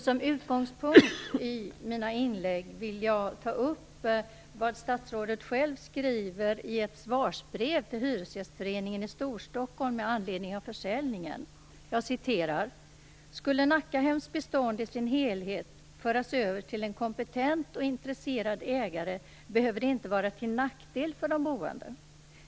Som utgångspunkt för mina inlägg vill jag ta upp vad statsrådet själv skriver i ett svarsbrev till Hyresgästföreningen i Storstockholm med anledning av försäljningen: "Skulle Nackahems bestånd i sin helhet föras över till en kompetent och intresserad ägare behöver det inte vara till nackdel för de boende.